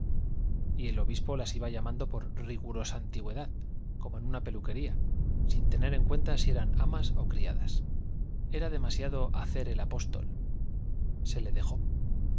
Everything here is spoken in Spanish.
y el obispo las iba llamando por rigorosa antigüedad como en una peluquería sin tener en cuenta si eran amas o criadas era demasiado hacer el apóstol se le dejó